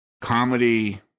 comedy